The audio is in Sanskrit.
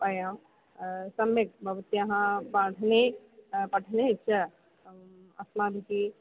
वयं सम्यक् भवत्याः पाठने पठने च अस्माभिः